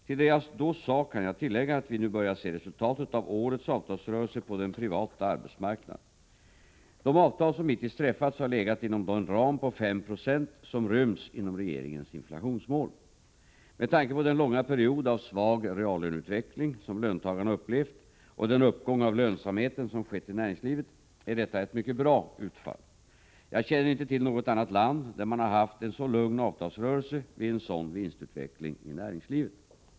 Till det jag då sade kan jag tillägga att vi nu börjar se resultatet av årets avtalsrörelse på den privata arbetsmarknaden. De avtal som hittills träffats har legat inom den ram på 5 76 som ryms inom regeringens inflationsmål. Med tanke på den långa period av svag reallöneutveckling som löntagarna upplevt och den uppgång av lönsamheten som skett i näringslivet, är detta ett mycket bra utfall. Jag känner inte till något annat land där man har haft en så lugn avtalsrörelse vid en sådan vinstutveckling i näringslivet.